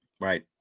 right